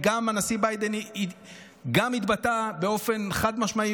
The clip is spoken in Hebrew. הנשיא ביידן גם התבטא באופן חד-משמעי